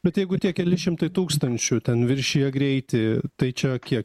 bet jeigu tie keli šimtai tūkstančių ten viršijo greitį tai čia kiek